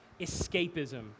escapism